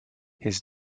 his